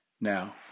Now